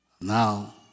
now